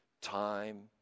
time